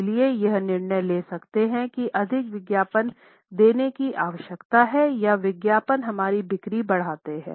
इसलिए हम निर्णय ले सकते हैं कि अधिक विज्ञापन देने की आवश्यकता है या विज्ञापन हमारी बिक्री बढ़ाते हैं